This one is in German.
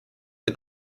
den